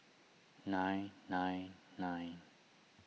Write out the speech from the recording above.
nine nine nine